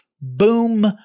Boom